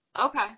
Okay